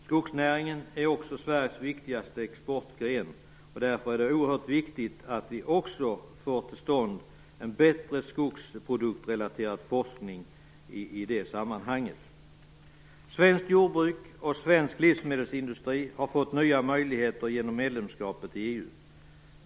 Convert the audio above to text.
Skogsnäringen är Sveriges viktigaste exportgren. Därför är det oerhört viktigt att få till stånd en bättre skogsproduktrelaterad forskning. Svenskt jordbruk och svensk livsmedelsindustri har fått nya möjligheter genom medlemskapet i EU.